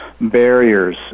barriers